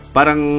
Parang